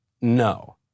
No